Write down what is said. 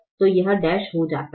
तो यह डैश हो जाता है